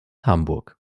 hamburg